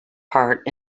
part